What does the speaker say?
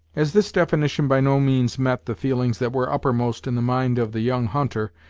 as this definition by no means met the feelings that were uppermost in the mind of the young hunter,